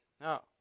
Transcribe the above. No